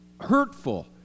hurtful